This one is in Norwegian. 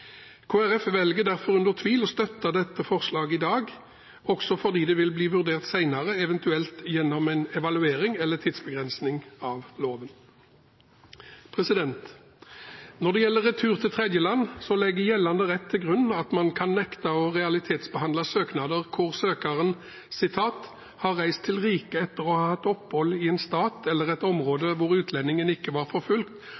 velger derfor under tvil å støtte dette forslaget i dag, også fordi det vil bli vurdert senere, eventuelt gjennom en evaluering eller tidsbegrensning av loven. Når det gjelder retur til tredjeland, legger gjeldende rett til grunn at man kan nekte å realitetsbehandle søknader hvor søkeren «har reist til riket etter å ha hatt opphold i en stat eller et område hvor utlendingen ikke var forfulgt,